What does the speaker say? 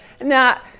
Now